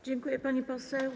Dziękuję, pani poseł.